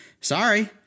sorry